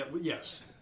Yes